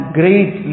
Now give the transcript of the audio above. great